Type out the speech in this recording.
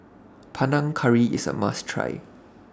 Panang Curry IS A must Try